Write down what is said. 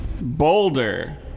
Boulder